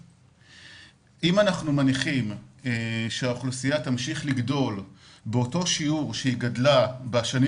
אם אנחנו מניחים שהאוכלוסייה תמשיך לגדול באותו שיעור שהיא גדלה בשנים